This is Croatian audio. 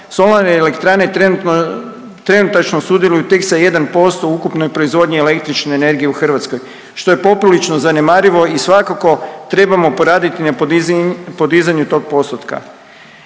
Solarne elektrane trenutno, trenutačno sudjeluju tek sa 1% u ukupnoj proizvodnji električne energije u Hrvatskoj, što je poprilično zanemarivo i svakako trebamo poradit na podizanju tog postotka.